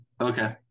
Okay